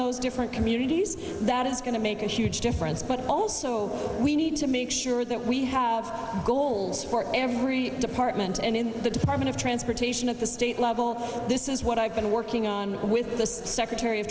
those different communities that is going to make a huge difference but also we need to make sure that we have goals for every department and in the department of transportation at the state level this is what i've been working on with the secretary of